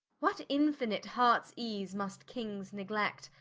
what infinite hearts-ease must kings neglect,